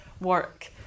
work